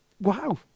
Wow